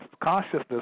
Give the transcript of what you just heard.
Consciousness